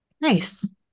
nice